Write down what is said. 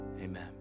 amen